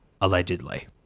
allegedly